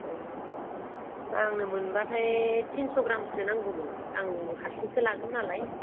ए आंनो मोनबाथाय थिनस' ग्रामसो नांगौमोन आं हारसिंसो लागोन नालाय